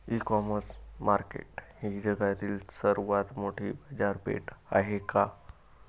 इ commerce market ही जगातील सर्वात मोठी बाजारपेठ आहे का?